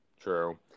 True